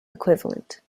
equivalent